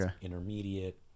intermediate